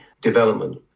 development